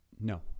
no